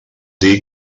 dir